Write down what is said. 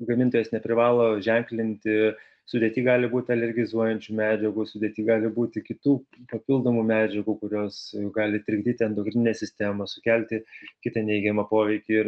gamintojas neprivalo ženklinti sudėty gali būt alergizuojančių medžiagų sudėty gali būti kitų papildomų medžiagų kurios gali trikdyti endokrininę sistemą sukelti kitą neigiamą poveikį ir